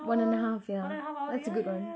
one and a half ya that's a good one